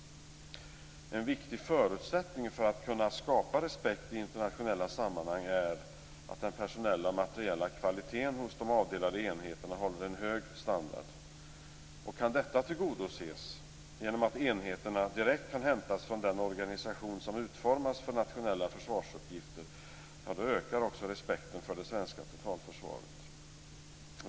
En viktig förutsättning för att kunna skapa respekt i internationella sammanhang är att den personella och materiella kvaliteten hos de avdelade enheterna håller en hög standard. Kan detta tillgodoses, genom att enheterna direkt kan hämtas från den organisation som utformas för nationella försvarsuppgifter, ökar också respekten för det svenska totalförsvaret.